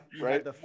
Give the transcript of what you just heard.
Right